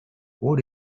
what